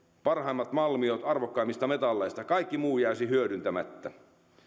parhaimmat malmiot arvokkaimmista metalleista kaikki muu jäisi hyödyntämättä